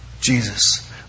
Jesus